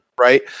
right